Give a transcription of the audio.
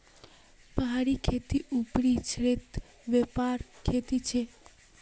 पहाड़ी खेती ऊपरी क्षेत्रत व्यापक खेती छे